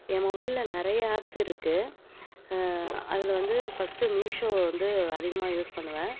என் மொபைலில் நிறைய ஆப்ஸ் இருக்கு அதில் வந்து ஃபர்ஸ்டு மீஷோ வந்து அதிகமாக யூஸ் பண்ணுவேன்